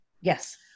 Yes